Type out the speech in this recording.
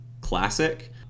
classic